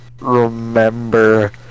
remember